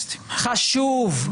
חשוב,